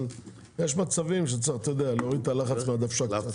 אבל יש מצבים שצריך להוריד את הלחץ מהדוושה.